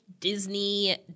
Disney